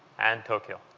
and tokyo.